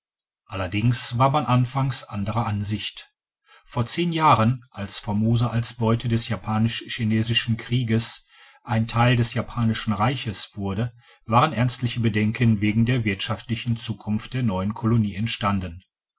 allerdings war man digitized by google anfangs anderer ansicht vor zehn jahren als formosa als beute des japanisch chinesischen krieges ein teil des japanischen reiches wurde waren ernstliche bedenken wegen der wirtschaftlichen zukunft der neuen kolonie